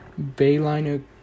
Bayliner